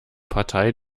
partei